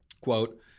quote